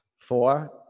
four